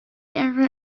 error